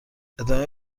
ادامه